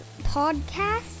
podcast